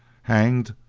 hanged,